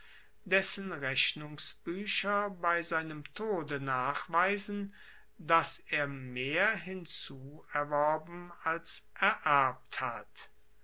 dessen rechnungsbuecher bei seinem tode nachweisen dass er mehr hinzuerworben als ererbt hat